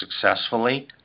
successfully